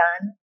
done